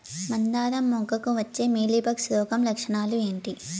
మందారం మొగ్గకు వచ్చే మీలీ బగ్స్ రోగం లక్షణాలు ఏంటి?